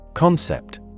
Concept